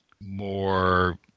more